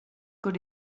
good